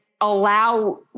allow